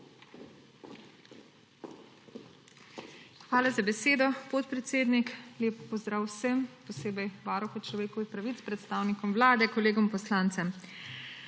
Hvala za besedo, podpredsednik. Lep pozdrav vsem, posebej varuhu človekovih pravic, predstavnikom Vlade, kolegom poslancem!